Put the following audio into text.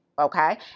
Okay